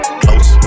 close